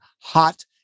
hot